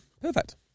perfect